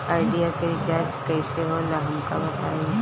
Idea के recharge कईसे होला हमका बताई?